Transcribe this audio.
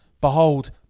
Behold